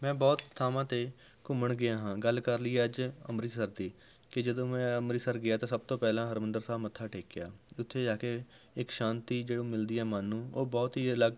ਮੈਂ ਬਹੁਤ ਥਾਵਾਂ 'ਤੇ ਘੁੰਮਣ ਗਿਆ ਹਾਂ ਗੱਲ ਕਰ ਲਈਏ ਅੱਜ ਅੰਮ੍ਰਿਤਸਰ ਦੀ ਕਿ ਜਦੋਂ ਮੈਂ ਅੰਮ੍ਰਿਤਸਰ ਗਿਆ ਤਾਂ ਸਭ ਤੋਂ ਪਹਿਲਾਂ ਹਰਿਮੰਦਰ ਸਾਹਿਬ ਮੱਥਾ ਟੇਕਿਆ ਉੱਥੇ ਜਾ ਕੇ ਇਕ ਸ਼ਾਂਤੀ ਜੋ ਮਿਲਦੀ ਹੈ ਮਨ ਨੂੰ ਉਹ ਬਹੁਤ ਹੀ ਅਲੱਗ